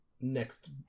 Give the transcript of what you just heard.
next